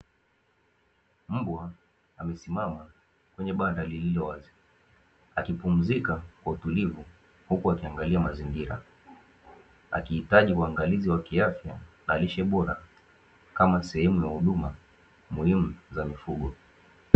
Mbwa amesimama kwenye banda lililowazi, akipumzika kwa utulivu huku akiangalia mazingira. Akihitaji uangalizi wa kiafya na lishe bora kama sehemu ya huduma muhimu za mifugo.